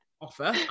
offer